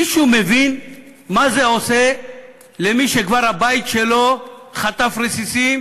מישהו מבין מה זה עושה למי שכבר הבית שלו חטף רסיסים?